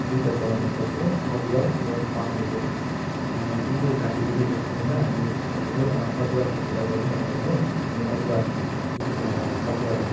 दुईवटा चलाउने गर्छौँ अदुवा र पाखनबेत जुन चाहिँ घाँटी दुखेको समयमा हामी फस्ट अफ अल अदुवाको कुरा गरौँ भनौँ भने हामी अदुवा जुन चाहिँ अदुवा